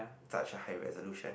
such a high resolution